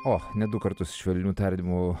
o net du kartus švelnių tardymų